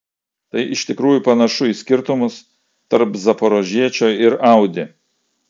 tai iš tikrųjų panašu į skirtumus tarp zaporožiečio ir audi